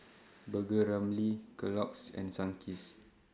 Burger Ramly Kellogg's and Sunkist